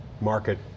market